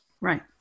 Right